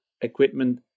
equipment